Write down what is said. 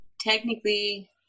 technically